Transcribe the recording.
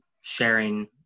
sharing